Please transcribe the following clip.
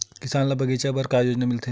किसान ल बगीचा बर का योजना मिलथे?